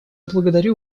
благодарю